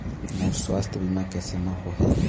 मोर सुवास्थ बीमा कैसे म होही?